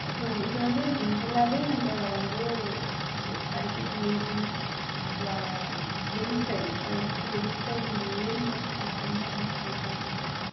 so இது வந்து ஜென்ரலாகவே நம்ம வந்து இப்போ படிக்கட்டு ஏர்றோம் வெளி சைட் அதாவது வீட்டு வெளி சைட் நம்ம ஏறும் போது பார்த்தீங்கன்னா ரொம்ப ஹைட்டாக இருக்கும்